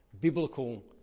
biblical